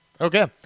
Okay